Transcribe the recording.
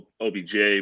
OBJ